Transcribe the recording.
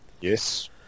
yes